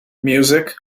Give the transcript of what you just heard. music